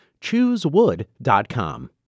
Choosewood.com